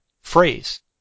phrase